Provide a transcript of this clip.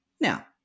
Now